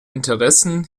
interessen